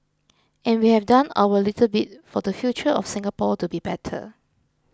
and we have done our little bit for the future of Singapore to be better